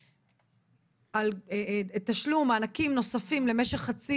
על תשלום ומענקים נוספים לתקופה של חצי